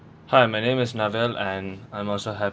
hi my name is navel and I'm also happy